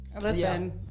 Listen